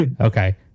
Okay